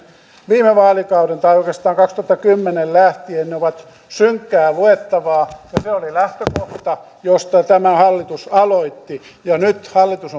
viime vaalikaudelta tai oikeastaan kaksituhattakymmenen lähtien ne ovat synkkää luettavaa ja se oli lähtökohta josta tämä hallitus aloitti nyt hallitus